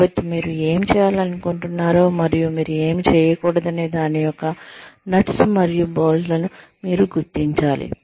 కాబట్టి మీరు ఏమి చేయాలనుకుంటున్నారో మరియు మీరు ఏమి చేయకూడదనే దాని యొక్క నట్స్ మరియు బోల్ట్లను మీరు గుర్తించాలి